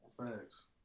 Thanks